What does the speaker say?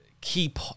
keep